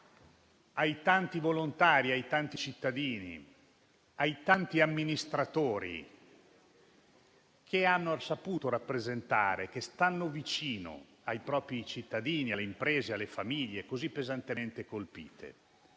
ai tanti volontari, ai tanti cittadini e ai tanti amministratori che hanno saputo rappresentare e stare vicini ai propri cittadini, alle imprese e alle famiglie così pesantemente colpite.